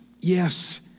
yes